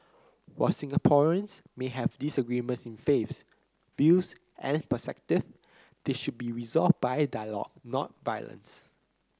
while Singaporeans may have disagreements in faiths views and perspective they should be resolved by dialogue not violence